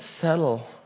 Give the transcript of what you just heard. settle